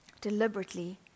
deliberately